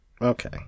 Okay